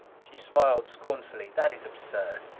she smiled scornfully. that is absurd.